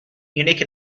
unique